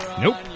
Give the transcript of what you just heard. Nope